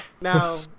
Now